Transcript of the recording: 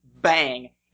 bang